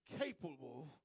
capable